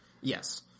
Yes